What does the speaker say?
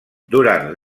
durant